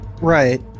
Right